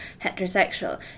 heterosexual